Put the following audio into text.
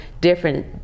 different